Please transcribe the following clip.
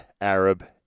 Arab